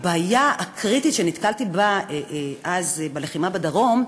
הבעיה הקריטית שנתקלתי בה אז, בלחימה בדרום,